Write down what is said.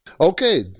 Okay